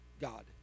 God